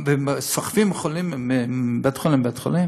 וסוחבים חולים מבית-חולים לבית-חולים?